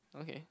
okay